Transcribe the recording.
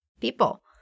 people